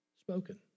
spoken